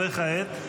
וכעת?